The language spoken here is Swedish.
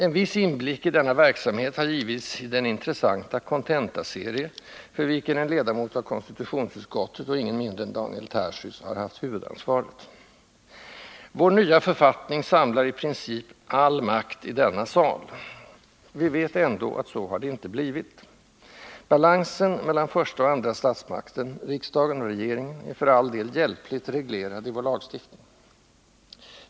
En viss inblick i denna verksamhet har givits i den intressanta ”Kontentaserie”, för vilken en ledamot av konstitutionsutskottet — ingen mindre än Daniel Tarschys — haft huvudansvaret. Vår nya författning samlar i princip ”all makt i denna sal”. Vi vet ändå att så har det inte blivit. Balansen mellan första och andra statsmakten — riksdagen och regeringen — är för all del hjälpligt reglerad i vår lagstiftning.